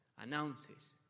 announces